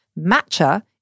Matcha